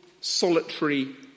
solitary